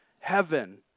heaven